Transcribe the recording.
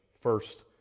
First